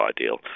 ideal